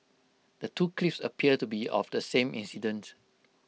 the two clips appear to be of the same incident